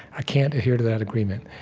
i can't adhere to that agreement.